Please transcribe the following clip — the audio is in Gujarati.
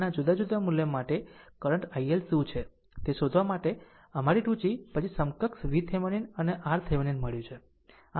ના જુદા જુદા મૂલ્યો માટે કરંટ i L શું છે તે શોધવા માટે અમારી રુચિ પછી સમકક્ષ VThevenin અને RThevenin મળ્યું છે